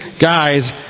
guys